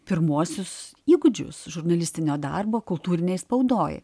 pirmuosius įgūdžius žurnalistinio darbo kultūrinėj spaudoj